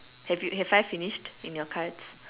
have you have I finished in your cards